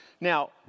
Now